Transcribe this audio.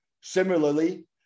Similarly